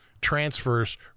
transfers